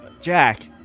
Jack